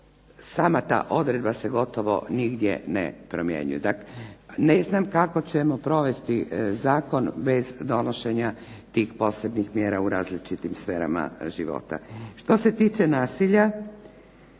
sama ta odredba se gotovo nigdje ne promjenjuje. Ne znam kako ćemo provesti zakon bez donošenja tih posebnih mjera u različitim sferama života. Što se tiče nasilja,